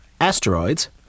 Asteroids